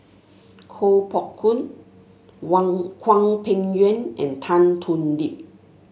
Koh Poh Koon Wang Hwang Peng Yuan and Tan Thoon Lip